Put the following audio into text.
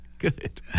good